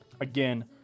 again